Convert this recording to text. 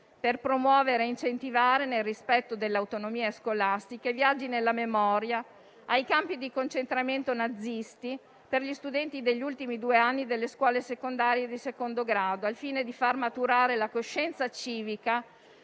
per promuovere e incentivare, nel rispetto dell'autonomia scolastica, i viaggi nella memoria ai campi di concentramento nazisti per gli studenti degli ultimi due anni delle scuole secondarie di secondo grado, al fine di far maturare la coscienza civica